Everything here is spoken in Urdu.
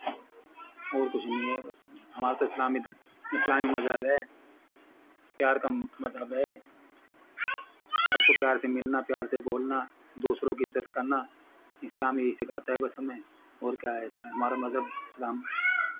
اور کچھ نہیں ہے بس ہمارے تو اسلامی دہ اسلامی مذہب ہے پیار کا مذہب ہے سب کو پیار سے ملنا پیار سے بولنا دوسروں کی عزت کرنا اسلام یہی سکھاتا ہے بس ہمیں اور کیا ہے اس کا ہمارا مذہب اسلام